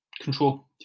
Control